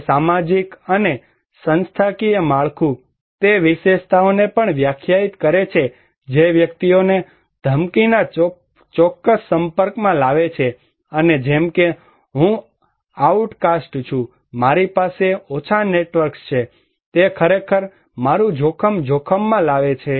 તે સામાજિક અને સંસ્થાકીય માળખું તે વિશેષતાઓને પણ વ્યાખ્યાયિત કરે છે જે વ્યક્તિઓને ધમકીના ચોક્કસ સંપર્કમાં લાવે છે અને જેમ કે હું આઉટકાસ્ટ છું મારી પાસે ઓછા નેટવર્ક્સ છે તે ખરેખર મારું જોખમ જોખમમાં લાવે છે